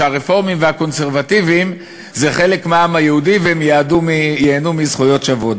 שהרפורמים והקונסרבטיבים הם חלק מהעם היהודי והם ייהנו מזכויות שוות.